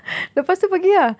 lepas tu pergi ah